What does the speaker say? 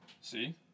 See